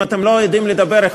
אם אתם לא יודעים לדבר,